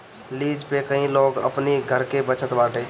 lease पे कई लोग अपनी घर के बचत बाटे